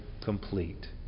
complete